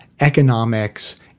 economics